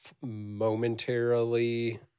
momentarily